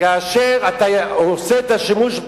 כאשר אתה עושה את השימוש,